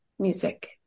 music